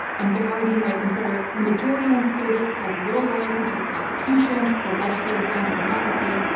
and so howard dean writes on twitter, the majority on scotus has little loyalty to the constitution, the legislative branch or democracy.